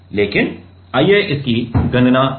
लेकिन आइए इसकी गणना करें